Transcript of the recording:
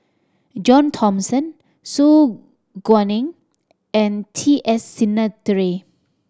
John Thomson Su Guaning and T S Sinnathuray